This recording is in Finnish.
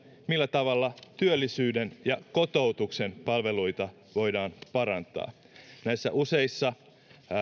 millä tavalla työllisyyden ja kotoutuksen palveluita voidaan parantaa näissä useissa